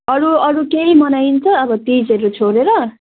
अरू अरू केही मनाइन्छ अब तिजहरू छोडेर